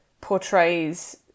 portrays